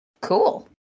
Cool